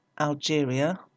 Algeria